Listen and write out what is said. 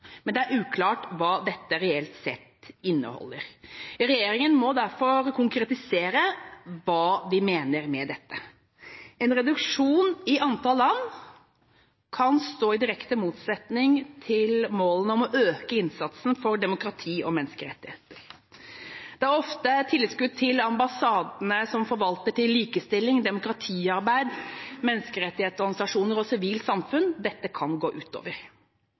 men det er uklart hva dette reelt sett innebærer. Regjeringa må derfor konkretisere hva de mener med dette. En reduksjon i antall land kan stå i direkte motsetning til målene om å øke innsatsen for demokrati og menneskerettigheter. Det er ofte tilskudd som ambassadene forvalter til likestilling, demokratiarbeid, menneskerettighetsorganisasjoner og sivilt samfunn, dette kan gå